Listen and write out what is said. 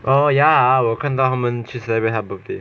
oh ya 我有看到他们去 celebrate 他的 birthday